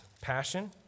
passion